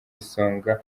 isonga